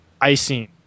icing